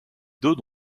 deux